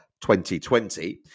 2020